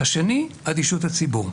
השני, אדישות הציבור.